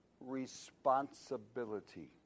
responsibility